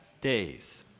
days